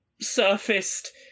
surfaced